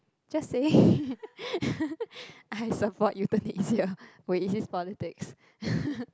just say I support euthanasia which is politics